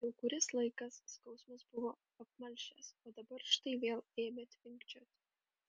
jau kuris laikas skausmas buvo apmalšęs o dabar štai vėl ėmė tvinkčioti